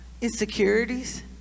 insecurities